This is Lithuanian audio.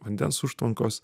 vandens užtvankos